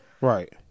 Right